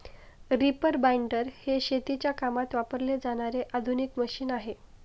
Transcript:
reaper binder हे शेतीच्या कामात वापरले जाणारे आधुनिक मशीन आहे